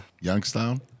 Youngstown